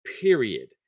period